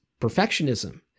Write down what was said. perfectionism